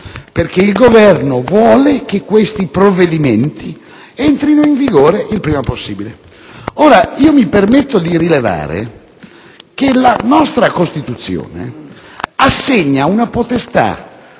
perché il Governo vuole che questi provvedimenti entrino in vigore il prima possibile. Ebbene, mi permetto di rilevare che la nostra Costituzione assegna una potestà